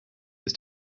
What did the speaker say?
ist